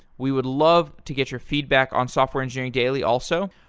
we would love to get your feedback on software engineering daily also.